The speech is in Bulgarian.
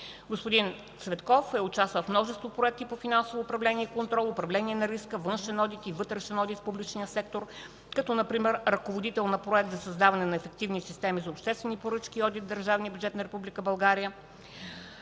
Господин Цветков е участвал в множество проекти по финансово управление и контрол, управление на риска, вътрешен одит и външен одит в публичния сектор, като например ръководител на проект за създаване на ефективни системи за обществени поръчки и одит в държавния